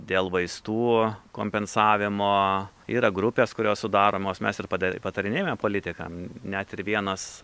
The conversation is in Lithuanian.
dėl vaistų kompensavimo yra grupės kurios sudaromos mes ir pada patarinėjame politikam net ir vienas